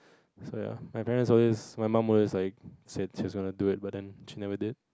so ya my parents always my mum always like said she wants to do it but then she never did